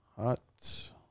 Hot